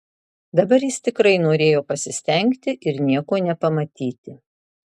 dabar jis tikrai norėjo pasistengti ir nieko nepamatyti